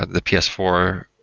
the p s four,